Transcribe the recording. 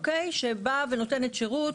שבאה ונותנת שירות,